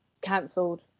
cancelled